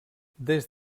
des